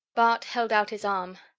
bart held out his arm,